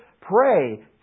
pray